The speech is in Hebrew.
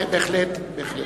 בהחלט.